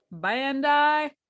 Bandai